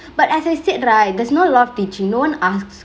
but as I said right there's not alot of teachingk no one asks